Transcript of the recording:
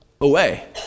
Away